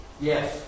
Yes